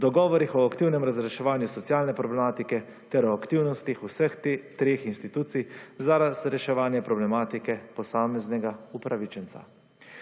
Dogovorih o aktivnem razreševanju socialne problematike ter o aktivnosti vseh treh institucij za razreševanje problematike posameznega upravičenca.